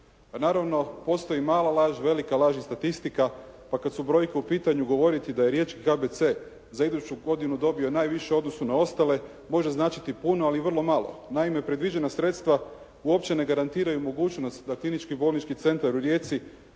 naravno postoji mala laž, velika laž i statistika, pa kad su brojke u pitanju govoriti da je riječ KBC za iduću godinu dobio najviše u odnosu na ostale može značiti puno, ali i vrlo malo. Naime, predviđena sredstva, uopće ne garantiraju mogućnost da Klinički bolnički centar u Rijeci,